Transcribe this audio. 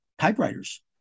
typewriters